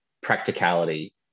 practicality